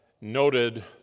noted